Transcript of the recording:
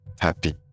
Happy